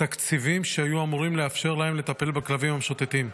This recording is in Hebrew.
תקציבים שהיו אמורים לאפשר להם לטפל בכלבים המשוטטים.